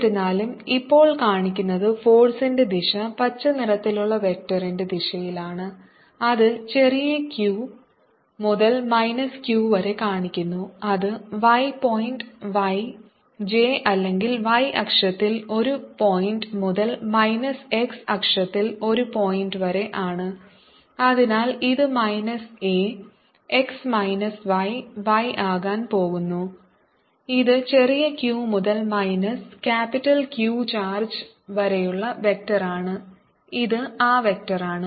എന്നിരുന്നാലും ഇപ്പോൾ കാണിക്കുന്നത് ഫോഴ്സിന്റെ ദിശ പച്ച നിറത്തിലുള്ള വെക്റ്ററിന്റെ ദിശയിലാണ് അത് ചെറിയ q മുതൽ മൈനസ് Q വരെ കാണിക്കുന്നു അത് y പോയിന്റ് y j അല്ലെങ്കിൽ y അക്ഷത്തിൽ ഒരു പോയിന്റ് മുതൽ മൈനസ് x അക്ഷത്തിൽ ഒരു പോയിന്റ് വരെ ആണ് അതിനാൽ ഇത് minus a x minus y y ആകാൻ പോകുന്നു ഇത് ചെറിയ q മുതൽ മൈനസ് ക്യാപിറ്റൽ Q ചാർജ് വരെയുള്ള വെക്റ്ററാണ് ഇത് ആ വെക്റ്ററാണ്